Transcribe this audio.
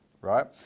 right